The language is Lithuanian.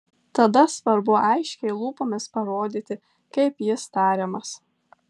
tada svarbu aiškiai lūpomis parodyti kaip jis tariamas